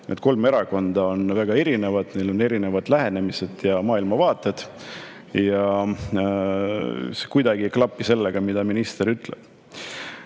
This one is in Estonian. kolm erakonda on väga erinevad, neil on erinevad lähenemised ja maailmavaated. See kuidagi ei klapi sellega, mida minister ütleb.